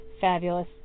Fabulous